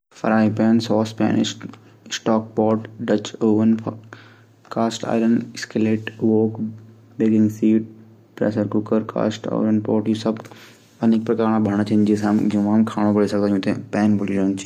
रसोईघर मा पाये जाना वाला प्लेट हूदन एक हूदी डिनर प्लेट जू भोजन परोशन मा काम आंदी लंच प्लेट जू दिन भोजन कू हूदी। एक नाश्ता प्लेट। जू नाश्ता कनू कू हूदी। एक फल प्लेट हूदी। सलाद प्लेट सलाद खुणे। ड्रेसर प्लेट मिठाई खुण। सजावट प्लेट।